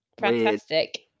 Fantastic